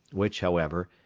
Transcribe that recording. which, however,